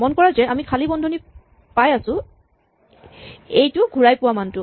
মন কৰা যে আমি খালী বন্ধনী পাই আছো এইটো ঘূৰাই পোৱা মানটো